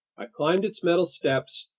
i climbed its metal steps,